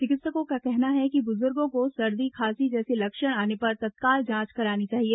चिकित्सकों का कहना है कि बुजुर्गो को सर्दी खांसी जैसे लक्षण आने पर तत्काल जांच करानी चाहिए